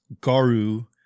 Garu